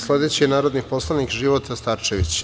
Sledeći je narodni poslanik Života Starčević.